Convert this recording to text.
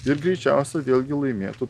ir greičiausiai vėlgi laimėtų